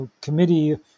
committee